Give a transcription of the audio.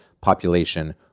population